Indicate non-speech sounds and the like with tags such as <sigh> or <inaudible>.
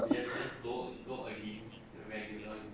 <laughs>